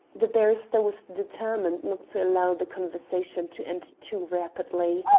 the barrister was determined not to allow the conversation to end too rapidly.